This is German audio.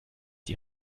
die